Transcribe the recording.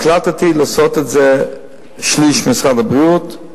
החלטתי לעשות אותו שליש משרד הבריאות,